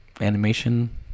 animation